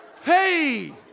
Hey